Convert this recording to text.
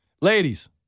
ladies